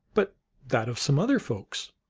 but that of some other folks.